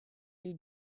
you